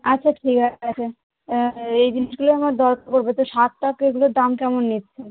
আচ্ছা ঠিক আছে এই জিনিসগুলোই আমার দরকার পড়বে তো শাক টাক এগুলোর দাম কেমন নিচ্ছেন